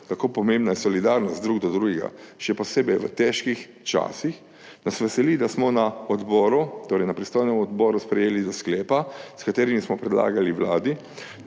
kako pomembna je solidarnost drug do drugega, še posebej v težkih časih, nas veseli, da smo na odboru, torej na pristojnem odboru sprejeli sklep, s katerim smo predlagali Vladi,